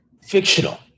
Fictional